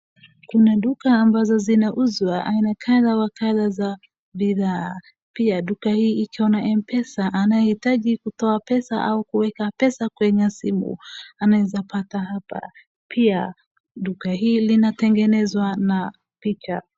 Kuna duka ambazo zinauzwa aina kadha wa kadha za bidhaa. Pia, duka hii ikiwa na Mpesa, anayehitaji kutoa pesa au kuweka pesa kwenye simu anaweza kupata hapa. Pia, duka hili linatengenezwa na picha.